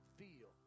feel